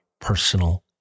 personal